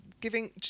giving